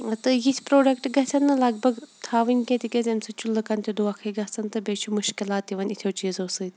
تہٕ یِتھۍ پرٛوڈَکٹ گژھَن نہٕ لگ بگ تھاوٕنۍ کینٛہہ تِکیٛازِ اَمہِ سۭتۍ چھُ لُکَن تہِ دھوکَے گژھان تہٕ بیٚیہِ چھُ مُشکلات تہِ یِوان یِتھیو چیٖزو سۭتۍ